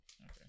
Okay